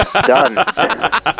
Done